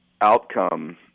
outcome